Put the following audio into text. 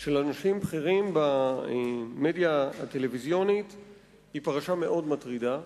של אנשים בכירים במדיה הטלוויזיונית היא פרשה מאוד מטרידה.